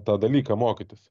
tą dalyką mokytis